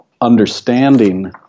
understanding